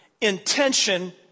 intention